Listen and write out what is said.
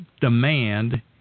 demand